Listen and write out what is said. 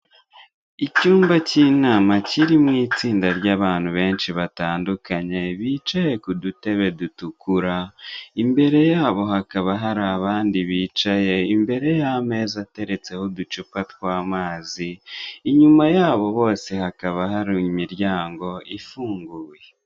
Icyumba cy'inama kirimo itsinda ry'abantu benshi batandukanye, bicaye ku dutebe dutukura, imbere ya bo hakaba hari abandi bicaye imbere y'ameza ateretseho uducupa tw'amazi, inyuma ya bo bose hakaba hari imiryango ifunguye.